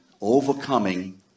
overcoming